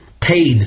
paid